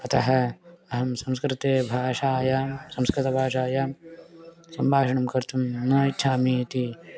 अतः अहं संस्कृतभाषायां संस्कृतभाषायां सम्भाषणं कर्तुं न इच्छामीति